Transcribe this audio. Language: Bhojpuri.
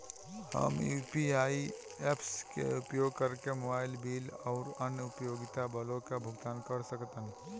हम यू.पी.आई ऐप्स के उपयोग करके मोबाइल बिल आउर अन्य उपयोगिता बिलों का भुगतान कर सकतानी